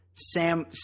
Sam –